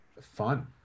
fun